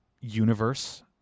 universe